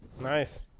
Nice